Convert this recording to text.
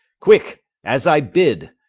quick, as i bid.